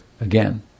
again